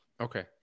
Okay